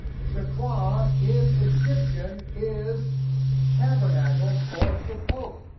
sakkara in egyptian is tabernacles, or succoth.